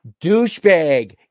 Douchebag